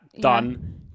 Done